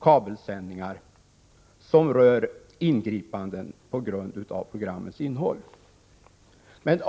kabelsändningar som rör ingripanden på grund av programmens innehåll.